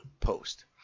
post